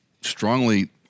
strongly